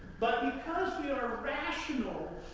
but, because we are rational,